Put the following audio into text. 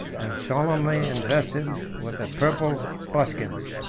and solemnly invested with the purple buskins.